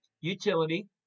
utility